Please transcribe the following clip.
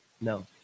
No